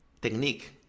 technique